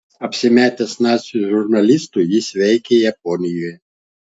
apsimetęs nacių žurnalistu jis veikė japonijoje